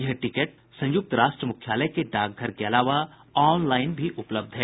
यह टिकट संयुक्त राष्ट्र मुख्यालय के डाकघर के अलावा ऑनलाइन भी उपलब्ध है